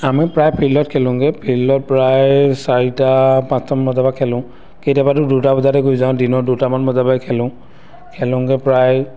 আমি প্ৰায় ফিল্ডত খেলোঁগৈ ফিল্ডত প্ৰায় চাৰিটা পাঁচটামান বজাৰ পৰা খেলোঁ কেতিয়াবাতো দুটা বজাতে গুচি যাওঁ দিনৰ দুটামান বজাৰ পৰাই খেলোঁ খেলোঁগৈ প্ৰায়